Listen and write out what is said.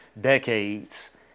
decades